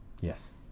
yes